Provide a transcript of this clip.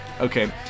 okay